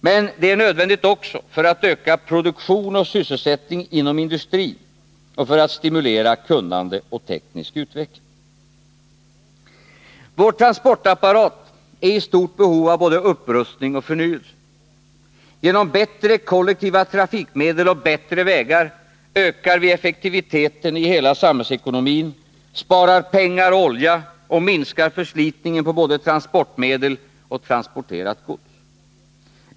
Men det är nödvändigt också för att öka produktion och sysselsättning inom industrin och för att stimulera kunnande och teknisk utveckling. Vår transportapparat är i stort behov av både upprustning och förnyelse. Genom bättre kollektiva trafikmedel och bättre vägar ökar vi effektiviteten i hela samhällsekonomin, sparar pengar och olja och minskar förslitningen på både transportmedel och transporterat gods.